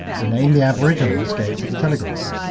the name the aboriginals gave to the telegraph.